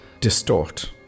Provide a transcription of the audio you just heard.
distort